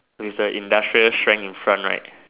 theres a industrial strength in front right